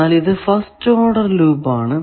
എന്നാൽ ഇത് first order loop ആണ്